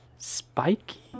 Spiky